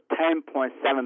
$10.7